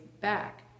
back